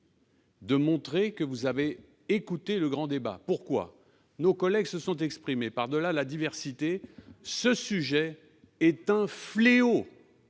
de montrer que vous avez écouté le grand débat. Pourquoi ? Nos collègues se sont exprimés, par-delà la diversité ; ce sujet est un fléau